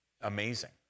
amazing